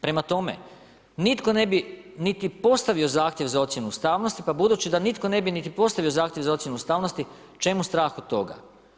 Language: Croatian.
Prema tome, nitko ne bi niti postavio zahtjev za ocjenu ustavnosti pa budući da nitko ne bi niti postavio zahtjev za ocjenu ustavnosti čemu strah od toga?